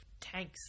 tanks